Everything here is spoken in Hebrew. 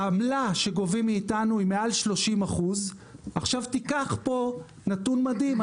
העמלה שגובים מאיתנו היא מעל 30%. עכשיו תיקח פה נתון מדהים,